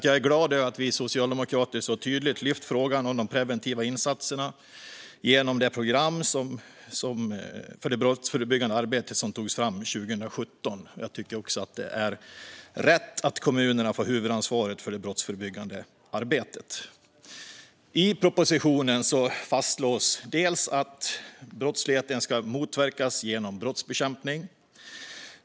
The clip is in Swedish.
Jag är glad över att vi socialdemokrater så tydligt har lyft frågan om de preventiva insatserna genom det program för det brottsförebyggande arbetet som togs fram 2017. Jag tycker också att det är rätt att kommunerna får huvudansvaret för det brottsförebyggande arbetet. I propositionen fastslås att brottslighet ska motverkas genom brottsbekämpning.